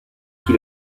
qui